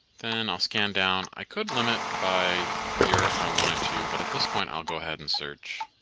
then i'll scan down. i could limit by year if i wanted to, but at this point i'll go ahead and search.